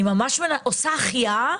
אני ממש עושה החייאה